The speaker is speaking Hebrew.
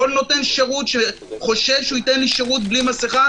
כל נותן שירות שחושב שהוא ייתן לי שירות בלי מסכה,